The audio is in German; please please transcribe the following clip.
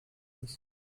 ist